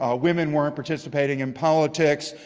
ah women weren't participating in politics.